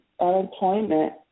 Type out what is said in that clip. unemployment